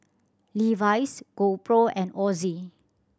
Levi's GoPro and Ozi